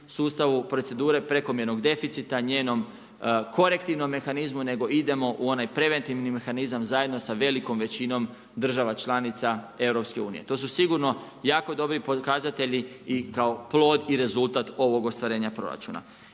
sustavu procedure prekomjernog deficita njenom korektivnom mehanizmu, nego idemo u ovaj preventivni mehanizam, zajedno sa velikom većinom država članica EU-a. To su sigurno jako dobri pokazatelji, i kao plod i rezultat ovog ostvarenja proračuna.